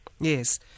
Yes